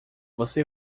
você